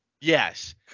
Yes